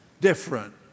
different